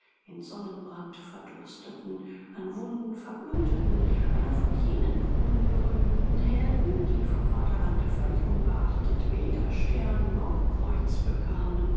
in sonnenbrand verdursteten an wunden verbluteten einer von jenen unberühmten helden die vom vaterlande völlig unbeachtet weder stern noch kreuz bekamen